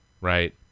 right